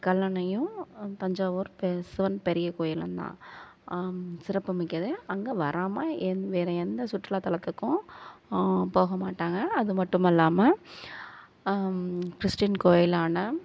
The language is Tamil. கல்லணையும் தஞ்சாவூர் பெ சிவன் பெரிய கோவிலுந்தான் சிறப்பு மிக்கது அங்கே வராமல் எந் வேற எந்த சுற்றுலாத் தலத்துக்கும் போகமாட்டாங்க அது மட்டுமல்லாம கிறிஸ்டின் கோவிலான